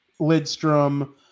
Lidstrom